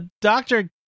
doctor